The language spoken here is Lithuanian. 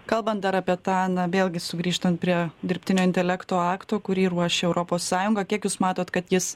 kalbant dar apie apie tą na vėlgi sugrįžtant prie dirbtinio intelekto akto kurį ruošia europos sąjunga kiek jūs matot kad jis